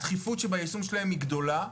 הדחיפות שביישום שלהם היא גדולה.